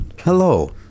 hello